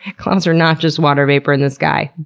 clouds are not just water vapor in the sky,